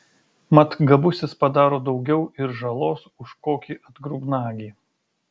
mat gabusis padaro daugiau ir žalos už kokį atgrubnagį